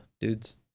dudes